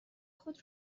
خود